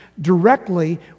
directly